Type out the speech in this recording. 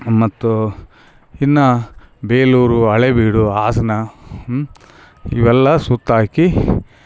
ಮತ್ತು ಇನ್ನ ಬೇಲೂರು ಹಳೆಬೀಡು ಹಾಸ್ನ ಇವೆಲ್ಲ ಸುತ್ತಾಕಿ